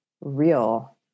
real